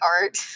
art